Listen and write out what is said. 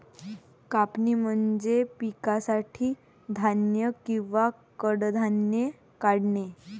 कापणी म्हणजे पिकासाठी धान्य किंवा कडधान्ये काढणे